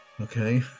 Okay